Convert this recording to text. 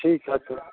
ठीक है थोड़ा